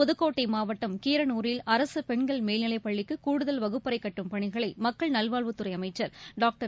புதுக்கோட்டைமாவட்டம் கீரனூரில் அரசுபெண்கள் மேல்நிலைப் பள்ளிக்குகூடுதல் வகுப்பறைகட்டும் பணிகளைமக்கள் நல்வாழ்வுத்துறைஅமைச்சர் டாக்டர்